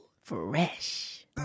Fresh